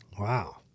Wow